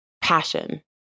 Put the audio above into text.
passion